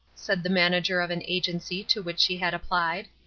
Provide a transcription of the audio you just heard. said the manager of an agency to which she had applied,